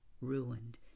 ruined